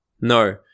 No